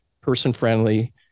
person-friendly